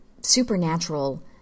supernatural